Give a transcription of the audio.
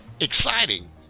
exciting